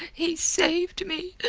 he saved me,